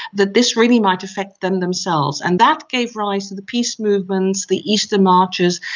that this really might affect them themselves, and that gave rise to the peace movements, the easter marches,